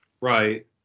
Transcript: Right